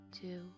two